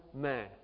man